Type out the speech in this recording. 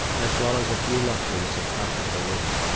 as well as a few luxuries of comfortable living.